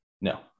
No